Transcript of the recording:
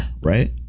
Right